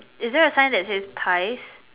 is there a sign that says ice